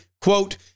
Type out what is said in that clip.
quote